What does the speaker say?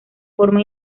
forma